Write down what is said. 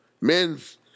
men's